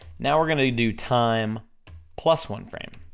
now we're gonna do time plus one frame.